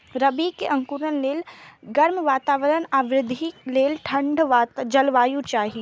रबी के अंकुरण लेल गर्म वातावरण आ वृद्धि लेल ठंढ जलवायु चाही